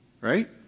Right